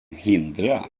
hindra